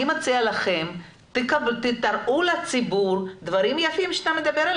אני מציעה לכם שתראו לציבור דברים יפים עליהם אתה מדבר.